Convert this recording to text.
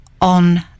on